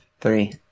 three